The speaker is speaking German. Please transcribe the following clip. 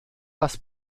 das